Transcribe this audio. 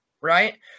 right